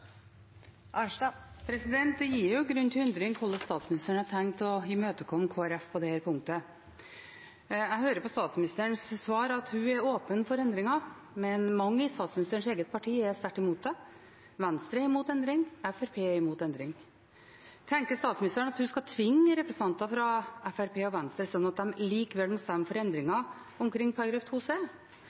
Det gir grunn til undring hvordan statsministeren har tenkt å imøtekomme Kristelig Folkeparti på dette punktet. Jeg hører på statsministerens svar at hun er åpen for endringer, men mange i statsministerens eget parti er sterkt imot det. Venstre er imot endring. Fremskrittspartiet er imot endring. Tenker statsministeren at hun skal tvinge representantene fra Fremskrittspartiet og Venstre, slik at de likevel må stemme for